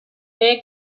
behe